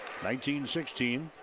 19-16